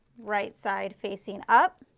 right side facing up.